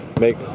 make